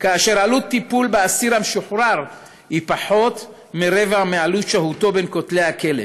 ועלות הטיפול באסיר משוחרר היא פחות מרבע מעלות שהותו בין כותלי הכלא,